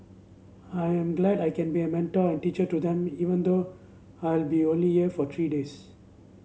I am glad I can be a mentor and teacher to them even though I'll be only year for three days